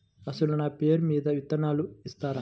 అసలు నా పేరు మీద విత్తనాలు ఇస్తారా?